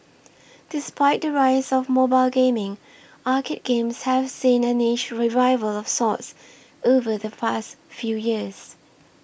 despite the rise of mobile gaming arcade games have seen a niche revival of sorts over the past few years